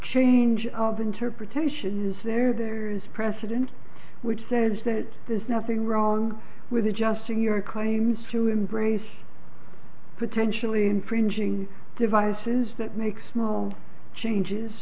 change of interpretation is there there is precedent which says that there's nothing wrong with adjusting your claims to embrace potentially imprinting devices that make small changes